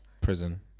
prison